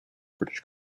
british